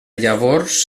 llavors